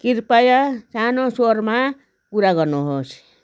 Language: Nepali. कृपया सानो स्वरमा कुरा गर्नुहोस्